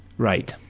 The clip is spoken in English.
right.